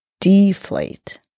deflate